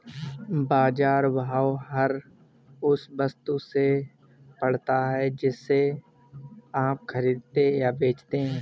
बाज़ार प्रभाव हर उस वस्तु से पड़ता है जिसे आप खरीदते या बेचते हैं